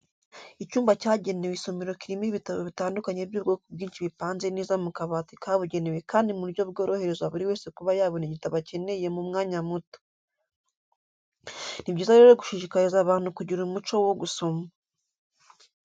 Icyumba cyagenewe isomero kirimo ibitabo bitandukanye by'ubwoko bwinshi bipanze neza mu kabati kabugenewe kandi mu buryo bworohereza buri wese kuba yabona igitabo akeneye mu mwanya muto. Ni byiza rero gushishikariza abantu kugira umuco wo gusoma.